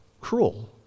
cruel